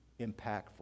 impactful